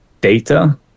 data